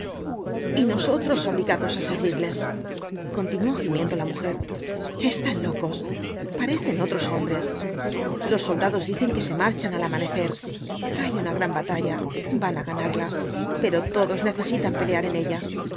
y nosotros obligados á servirles continuó gimiendo la mujer están locos parecen otros hombres los soldados dicen que se marchan al amanecer hay una gran batalla van á ganarla pero todos necesitan pelear en ella